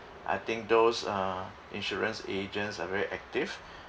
I think those uh insurance agents are very active